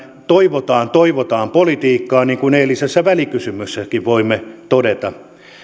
toivotaan toivotaan politiikkaa niin kuin eilisessä välikysymyksessäkin voimme todeta